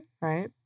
right